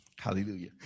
Hallelujah